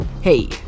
Hey